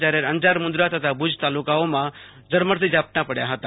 જ્યારે અંજાર મુન્દ્રા તથા ભુજ તાલુકાઓમાં ઝરમરથી ઝાપટા પડ્યા હતા